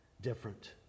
different